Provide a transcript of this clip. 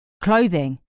Clothing